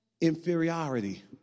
Inferiority